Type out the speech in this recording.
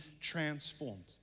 transformed